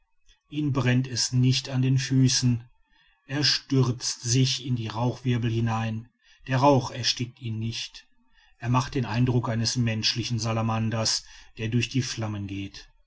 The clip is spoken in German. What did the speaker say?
ihn brennt es nicht an die füße er stürzt sich in die rauchwirbel hinein der rauch erstickt ihn nicht er macht den eindruck eines menschlichen salamanders der durch die flammen geht